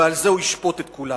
ועל זה הוא ישפוט את כולנו.